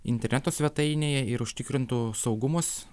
interneto svetainėje ir užtikrintų saugumus